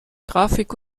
grafik